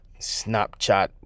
snapchat